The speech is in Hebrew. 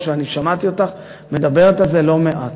אני שמעתי אותך מדברת על זה לא מעט.